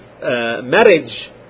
marriage